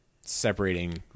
separating